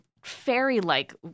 fairy-like